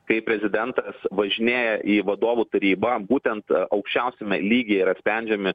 kai prezidentas važinėja į vadovų tarybą būtent aukščiausiame lygyje yra sprendžiami